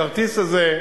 הכרטיס הזה,